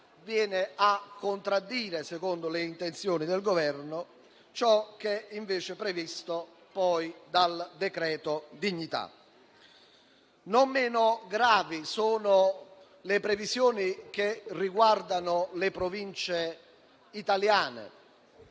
viene a contraddire, secondo le intenzioni del Governo, ciò che invece è previsto dal decreto dignità. Non meno gravi sono le previsioni che riguardano le Province italiane: